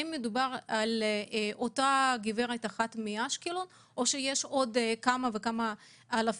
האם מדובר על אותה גברת אחת מאשקלון או שיש עוד כמה אלפים